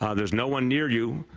ah there is no one near you,